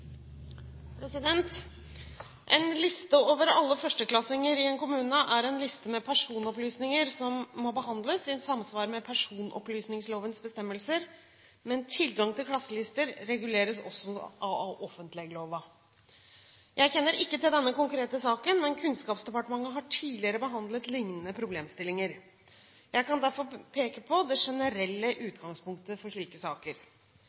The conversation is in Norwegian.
En liste over alle førsteklassinger i en kommune er en liste med personopplysninger som må behandles i samsvar med personopplysningslovens bestemmelser, men tilgang til klasselister reguleres også av offentleglova. Jeg kjenner ikke til denne konkrete saken, men Kunnskapsdepartementet har tidligere behandlet lignende problemstillinger. Jeg kan derfor peke på det generelle utgangspunktet for slike saker.